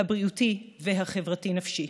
הבריאותי והחברתי-נפשי.